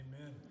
Amen